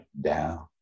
down